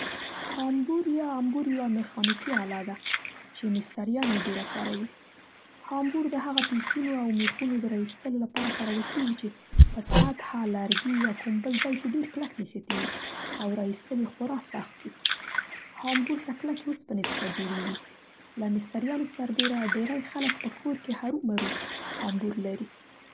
هامبور یا امبور یوه میخانیکي آله ده چې مستریان یې ډېره کاروي. هامبور د هغه پېچونو او مېخونو د را ایستلو لپاره کارول کېږي چې په سطحه، لرګي یا کوم بل ځای کې ډېر کلک نښتي وي او را ایستل یې خورا سخت وي. هامبور له کلکې اوسپنې څخه جوړېږي. له مستریانو سربېره ډېری خلک په کور کې هرو مرو هامبور لري.